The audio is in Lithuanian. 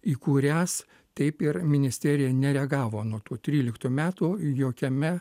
į kurias taip ir ministerija nereagavo nuo tų tryliktų metų jokiame